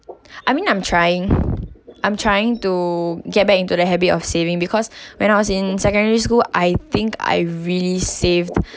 I mean I'm trying I'm trying to get back into the habit of saving because when I was in secondary school I think I really saved